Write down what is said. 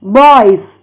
boys